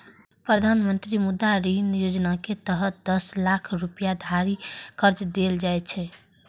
प्रधानमंत्री मुद्रा ऋण योजनाक तहत दस लाख रुपैया धरि कर्ज देल जाइ छै